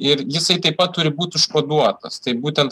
ir jisai taip pat turi būt užkoduotas tai būtent